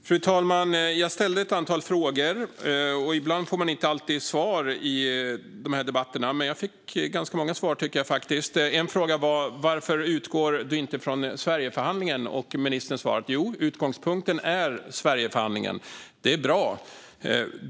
Fru talman! Jag ställde ett antal frågor, och ibland får man inte alltid svar i dessa debatter. Men jag fick faktiskt ganska många svar. En fråga var varför ministern inte utgår från Sverigeförhandlingen, och ministern svarade att utgångspunkten är Sverigeförhandlingen. Det är bra.